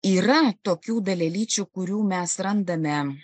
yra tokių dalelyčių kurių mes randame